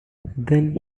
then